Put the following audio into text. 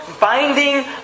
binding